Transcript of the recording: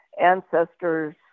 ancestors